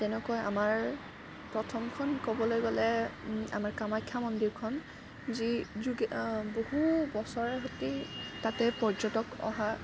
যেনেকৈ আমাৰ প্ৰথমখন ক'বলৈ গ'লে আমাৰ কামাখ্য়া মন্দিৰখন যি যুগে বহু বছৰে প্ৰতি তাতে পৰ্যটক অহা